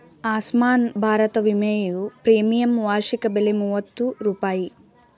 ಆಸ್ಮಾನ್ ಭಾರತ ವಿಮೆಯ ಪ್ರೀಮಿಯಂ ವಾರ್ಷಿಕ ಬೆಲೆ ಮೂವತ್ತು ರೂಪಾಯಿ